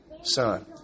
son